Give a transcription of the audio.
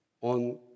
on